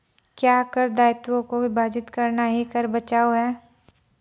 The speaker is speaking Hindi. क्या कर दायित्वों को विभाजित करना ही कर बचाव है?